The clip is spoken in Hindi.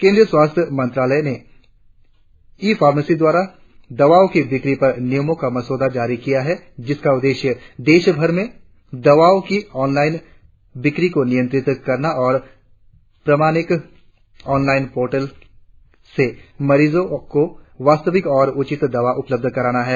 केंद्रीय स्वास्थ्य मंत्रालय ने ई फाँर्मसी द्वारा दवाओ की बिक्री पर नियमों का मसौदा जारी किया है जिसका उद्देश्य देश भर में दवाओ की आँनलाइन बिक्री को नियंत्रित करना और प्रमाणिक आँनलाइन पोर्टल से मरीजों को वास्तविक और उचित दवा उपलब्ध कराना है